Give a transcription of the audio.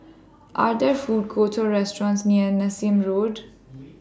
Are There Food Courts Or restaurants near Nassim Road